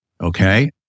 Okay